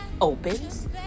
opens